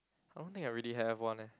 I don't think I really have one eh